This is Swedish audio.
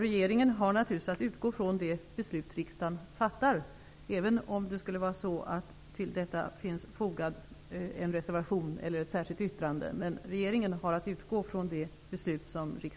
Regeringen har naturligtvis att utgå från det beslut riksdagen fattar, även om det till detta skulle ha fogats en reservation eller ett särskilt yttrande.